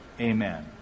Amen